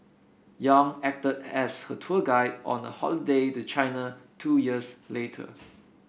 Yang acted as her tour guide on a holiday to China two years later